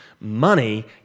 Money